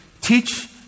teach